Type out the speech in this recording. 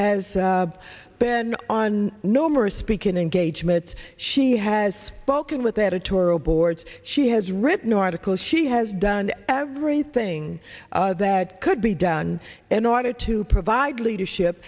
has been on numerous speaking engagements she has spoken with editorial boards she has written articles she has done everything that could be done in order to provide leadership